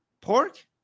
pork